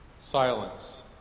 silence